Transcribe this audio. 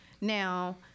now